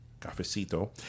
cafecito